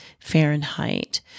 Fahrenheit